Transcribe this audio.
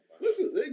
listen